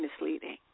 misleading